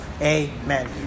Amen